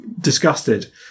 disgusted